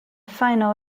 final